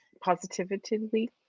Positively